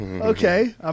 Okay